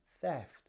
theft